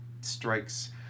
strikes